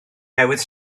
newydd